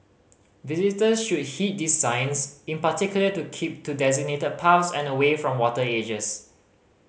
visitor should heed these signs in particular to keep to designated paths and away from water edges